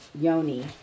Yoni